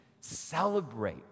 celebrate